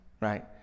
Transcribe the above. right